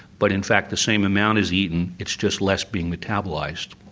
but in fact the same amount is eaten, it's just less being metabolised.